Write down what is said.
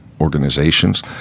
organizations